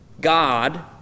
God